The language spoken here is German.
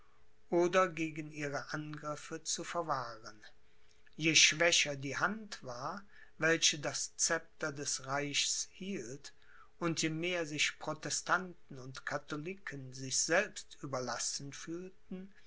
oder gegen ihre angriffe zu verwahren je schwächer die hand war welche das scepter des reichs hielt und je mehr sich protestanten und katholiken sich selbst überlassen fühlten